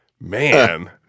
Man